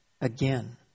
again